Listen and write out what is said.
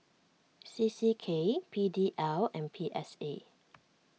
C C K P D L and P S A